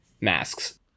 masks